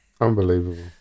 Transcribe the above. Unbelievable